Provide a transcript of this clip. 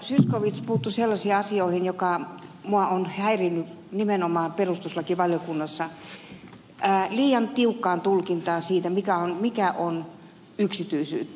zyskowicz puuttui sellaiseen asiaan joka minua on häirinnyt nimenomaan perustuslakivaliokunnassa liian tiukkaan tulkintaan siitä mikä on yksityisyyttä